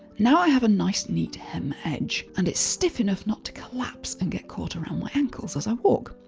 now i have a nice, neat hem edge and it's stiff enough not to collapse and get caught around my ankles as i walk.